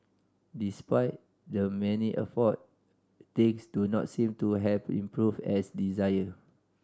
despite the many effort things do not seem to have improved as desired